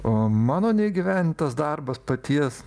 o mano neįgyvendintas darbas paties